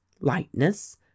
lightness